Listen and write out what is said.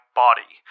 body